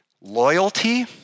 loyalty